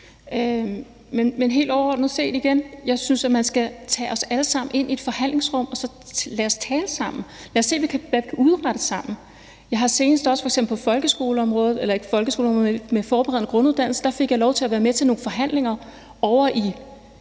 Helt overordnet set synes jeg igen, at man skal tage os alle sammen ind i et forhandlingsrum, og lad os så tale sammen, og lad os se, hvad vi kan udrette sammen. Jeg har f.eks. senest også på området for den forberedende grunduddannelse fået lov til at være med til nogle forhandlinger ovre i